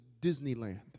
Disneyland